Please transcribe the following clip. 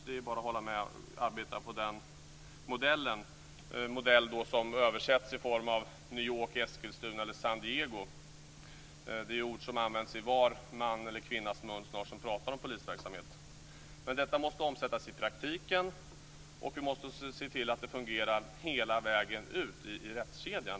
Det är bara att hålla med och arbeta på den modellen, en modell som översätts i form av New York, Eskilstuna eller San Diego. Det är ord som snart sagt återkommer i var mans eller kvinnas mun när man pratar om polisverksamhet. Men det måste omsättas i praktiken, och vi måste se till att det fungerar hela vägen ut i rättskedjan.